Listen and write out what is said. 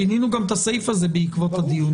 שינינו גם את הסעיף הזה בעקבות הדיון.